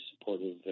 supportive